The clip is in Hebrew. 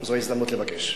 זו ההזדמנות לבקש,